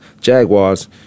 Jaguars